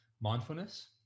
mindfulness